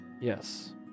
Yes